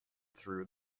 through